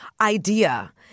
idea